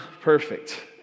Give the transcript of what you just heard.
perfect